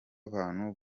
bantu